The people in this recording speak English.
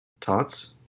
Tots